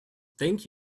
thank